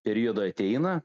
periodai ateina